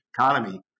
economy